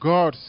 God